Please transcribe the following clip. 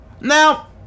Now